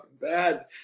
bad